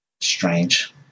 Strange